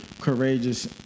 courageous